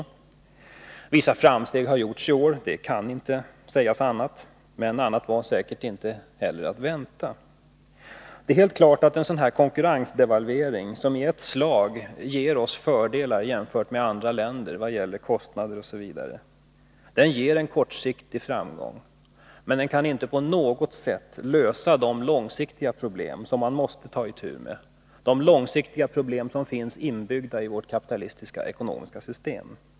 Vissa framsteg har gjorts i år, det skall inte förnekas, men något annat var kanske inte heller att vänta. Det är helt klart att en konkurrensdevalvering som i ett slag ger oss fördelar jämfört med andra länder vad gäller kostnader osv. ger en kortsiktig framgång, men den kan inte på något sätt lösa de långsiktiga problem som finns inbyggda i vårt kapitalistiska ekonomiska system.